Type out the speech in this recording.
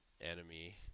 enemy